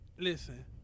Listen